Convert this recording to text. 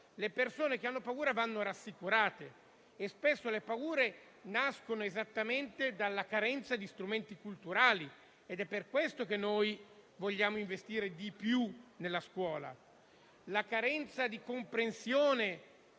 Le persone che hanno paura vanno rassicurate. Spesso le paure nascono esattamente dalla carenza di strumenti culturali ed è per questo che noi vogliamo investire di più nella scuola. La carenza di comprensione